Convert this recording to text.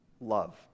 love